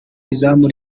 izamu